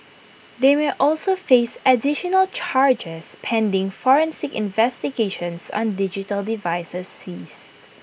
they may also face additional charges pending forensic investigations on digital devices seized